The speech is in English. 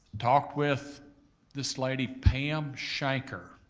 talked with this lady, pam schenker,